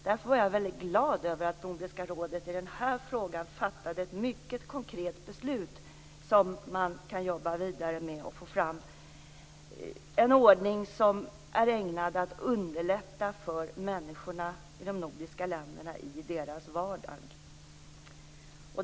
Därför var jag väldigt glad över att Nordiska rådet i den här frågan fattade ett mycket konkret beslut som man kan jobba vidare med och få fram en ordning som är ägnad att underlätta för människorna i de nordiska länderna i deras vardag.